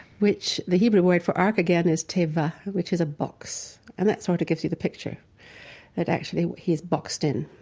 which the hebrew word for ark, again, is tevah, which is a box, and that sort of gives you the picture that actually he is boxed in.